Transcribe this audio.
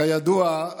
כידוע,